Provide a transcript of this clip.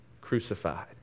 crucified